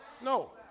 No